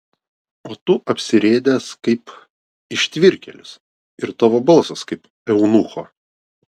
o tu apsirėdęs kaip ištvirkėlis ir tavo balsas kaip eunucho